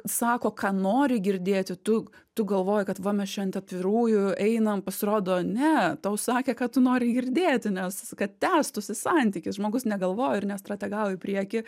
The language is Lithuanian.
sako ką nori girdėti tu tu galvoji kad va mes čia ant atvirųjų einam pasirodo ne tau sakė ką tu nori girdėti nes kad tęstųsi santykis žmogus negalvojo ir nestrategavo į priekį